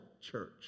church